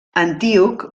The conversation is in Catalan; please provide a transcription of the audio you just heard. antíoc